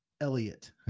elliot